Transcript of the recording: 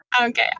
Okay